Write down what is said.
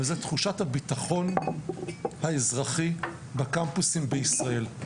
וזה תחושת הבטחון האזרחי בקמפוסים בישראל.